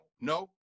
No